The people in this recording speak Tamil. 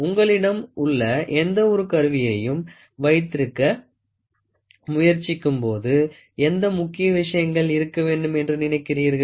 உங்களிடம் உள்ள எந்தவொரு கருவியையும் வைத்திருக்க முயற்சிக்கும்போது எந்த முக்கிய விஷயங்கள் இருக்க வேண்டும் என்று நினைக்கிறீர்கள்